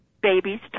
babies